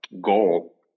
goal